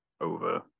over